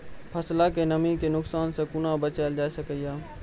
फसलक नमी के नुकसान सॅ कुना बचैल जाय सकै ये?